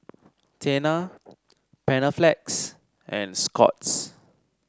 Tena Panaflex and Scott's